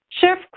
Chef